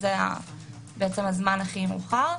זה הזמן הכי מאוחר.